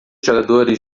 jogadores